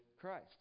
Christ